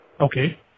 Okay